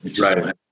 Right